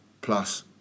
plus